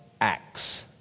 Acts